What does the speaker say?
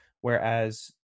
Whereas